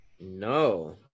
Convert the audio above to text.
no